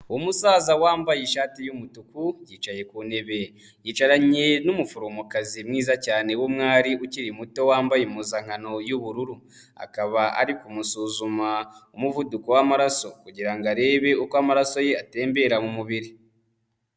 Umusaza wambaye ishati y'umutuku yicaye ku ntebe yicaranye n'umuforomokazi mwiza cyane w'umwari ukiri muto wambaye impuzankano y'ubururu, akaba ari kumusuzuma umuvuduko w'amaraso kugira ngo arebe uko amaraso ye atembera mu mubiri.